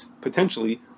potentially